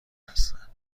هستند